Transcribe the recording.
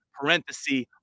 parenthesis